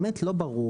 באמת לא ברור,